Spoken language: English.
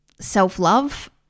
self-love